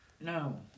No